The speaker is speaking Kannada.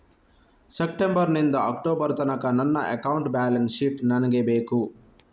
ಸೆಪ್ಟೆಂಬರ್ ನಿಂದ ಅಕ್ಟೋಬರ್ ತನಕ ನನ್ನ ಅಕೌಂಟ್ ಬ್ಯಾಲೆನ್ಸ್ ಶೀಟ್ ನನಗೆ ಬೇಕು